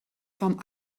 vorm